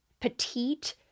petite